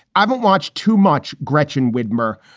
i don't watch too much. gretchen widmer,